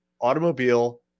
automobile